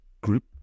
group